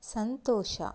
ಸಂತೋಷ